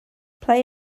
play